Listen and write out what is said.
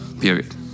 period